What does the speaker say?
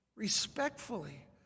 respectfully